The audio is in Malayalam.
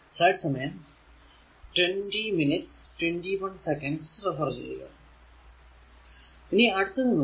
ഇനി അടുത്തത് നോക്കുക